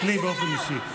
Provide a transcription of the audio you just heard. אצלי באופן אישי.